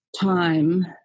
time